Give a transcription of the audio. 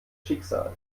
schicksals